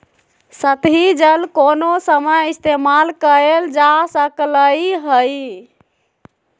सतही जल कोनो समय इस्तेमाल कएल जा सकलई हई